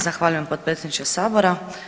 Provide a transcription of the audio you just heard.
Zahvaljujem potpredsjedniče Sabora.